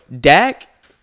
Dak